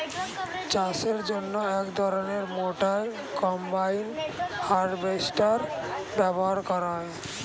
চাষের জন্য এক ধরনের মোটর কম্বাইন হারভেস্টার ব্যবহার করা হয়